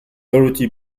dorothy